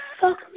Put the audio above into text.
fuck